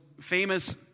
famous